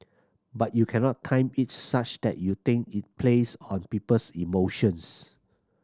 but you cannot time it such that you think it plays on people's emotions